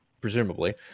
presumably